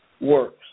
works